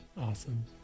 awesome